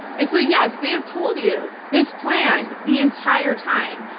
and so yes, they have told you this plan the entire time.